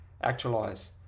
actualize